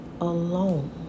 Alone